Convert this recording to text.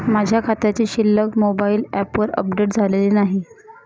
माझ्या खात्याची शिल्लक मोबाइल ॲपवर अपडेट झालेली नाही